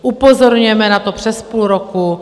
Upozorňujeme na to přes půl roku.